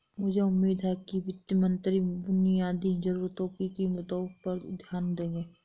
मुझे उम्मीद है कि वित्त मंत्री बुनियादी जरूरतों की कीमतों पर ध्यान देंगे